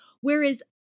Whereas